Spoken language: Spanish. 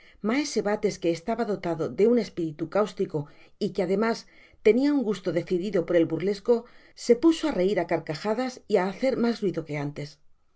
maese bates que estaba dotado de un espiritu cáustico y que además tenia un gusto decidido por el burlesco se puso á reir á carcajadas y ha hacer mas ruido que antes